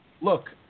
Look